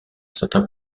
certain